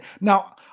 now